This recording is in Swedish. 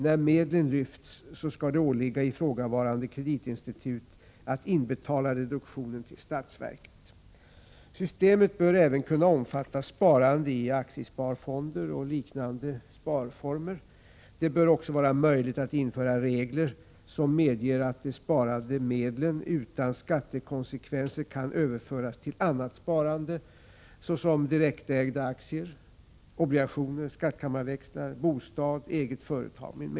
När medel lyfts skulle det åligga ifrågavarande kreditinstitut att inbetala reduktionen till statsverket. Systemet bör även kunna omfatta sparande i aktiesparfonder och liknande sparformer. Det bör också vara möjligt att införa regler som medger att de sparade medlen utan skattekonsekvenser kan föras över till annat sparande, såsom direkt ägda aktier, obligationer, skattkammarväxlar, bostad och eget företag.